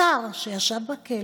שר שישב בכלא,